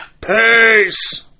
Peace